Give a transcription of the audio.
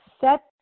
set